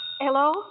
Hello